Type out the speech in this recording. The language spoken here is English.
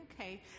okay